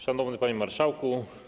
Szanowny Panie Marszałku!